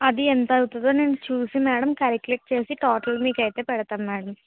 అది ఎంతవుతుందో నేను చూసి మేడం క్యాలిక్యులేట్ చేసి టోటల్ మీకు అయితే పెడతాను మేడం